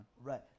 Right